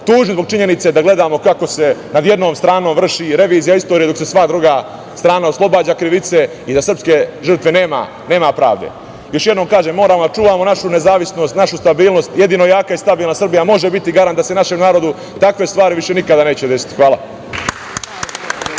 tužni zbog činjenice da gledamo kako se nad jednom stranom vrši revizija istorije, dok se druga strana oslobađa krivice i da za srpske žrtve nema pravde. Još jednom kažemo, moramo da čuvamo našu nezavisnost, našu stabilnost. Jedino jaka i stabilna Srbija može biti garant da se našem narodu takve stvari više nikada neće desiti. Hvala.